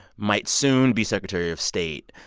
might soon be secretary of state.